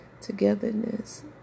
Togetherness